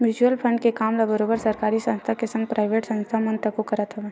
mutual fund के काम ल बरोबर सरकारी संस्था के संग पराइवेट संस्था मन तको करत हवय